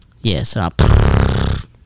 Yes